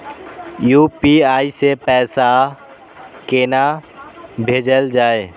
UPI सै पैसा कोना भैजल जाय?